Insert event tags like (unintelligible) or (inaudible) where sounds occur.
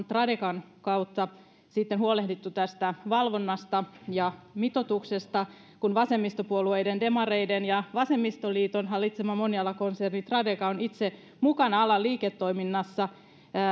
(unintelligible) tradekan kautta sitten huolehdittu tästä valvonnasta ja mitoituksesta kun vasemmistopuolueiden demareiden ja vasemmistoliiton hallitsema monialakonserni tradeka on itse mukana alan liiketoiminnassa